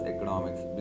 Economics